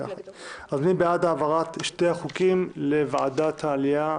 מי בעד העברת שתי הצעות החוק לדיון בוועדת העלייה,